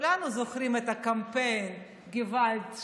כולנו זוכרים את קמפיין הגעוואלד,